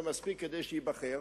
ומספיק כדי שייבחר,